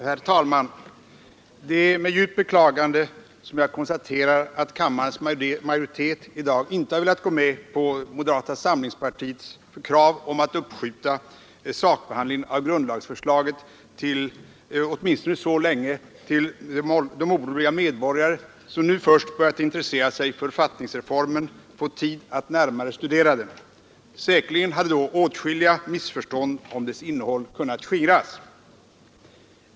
Herr talman! Det är med djupt beklagande jag konstaterar att kammarens majoritet i dag inte velat gå med på moderata samlingspartiets krav om att uppskjuta sakbehandlingen av grundlagsförslaget åtminstone så länge att de oroliga medborgare som nu börjat intressera sig för författningsreformen fått tid att närmare studera den. Säkerligen hade då åtskilliga missförstånd om dess innehåll kunnat skingras.